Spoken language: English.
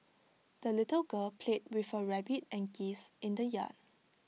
the little girl played with her rabbit and geese in the yard